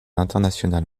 international